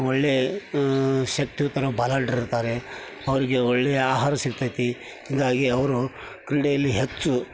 ಒಳ್ಳೆಯ ಶಕ್ತಿಯುತರು ಬಲಾಢ್ಯರಿರ್ತಾರೆ ಅವರಿಗೆ ಒಳ್ಳೆಯ ಆಹಾರ ಸಿಗ್ತದೆ ಹೀಗಾಗಿ ಅವರು ಕ್ರೀಡೆಯಲ್ಲಿ ಹೆಚ್ಚು